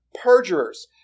perjurers